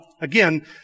Again